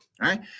right